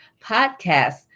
podcast